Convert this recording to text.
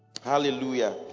Hallelujah